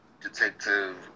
detective